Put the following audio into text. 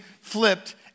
flipped